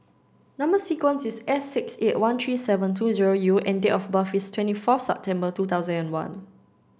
number sequence is S six eight one three seven two zero U and date of birth is twenty first September two thousand and one